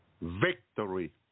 victory